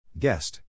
Guest